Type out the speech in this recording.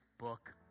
book